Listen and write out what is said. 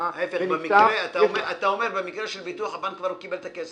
אתה אומר שבמקרה שיש ביטוח הבנק כבר יקבל את הכסף שלו.